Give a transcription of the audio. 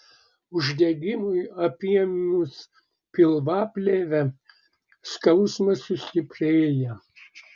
uždegimui apėmus pilvaplėvę skausmas sustiprėja